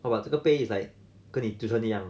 oh but 这个 pay is like 跟你就说那样